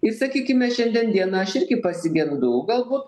ir sakykime šiandien dieną aš irgi pasigendu galbūt